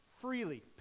freely